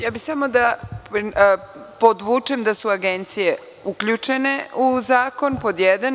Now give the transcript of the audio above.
Ja bih samo da podvučem da su agencije uključene u zakon, to je pod jedan.